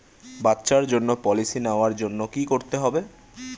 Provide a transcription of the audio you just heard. বাচ্চার জন্য পলিসি নেওয়ার জন্য কি করতে হবে?